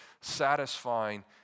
satisfying